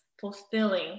fulfilling